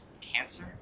cancer